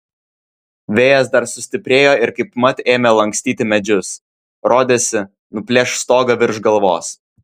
vėjas dar sustiprėjo ir kaipmat ėmė lankstyti medžius rodėsi nuplėš stogą virš galvos